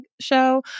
show